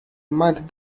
might